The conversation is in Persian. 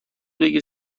بگیر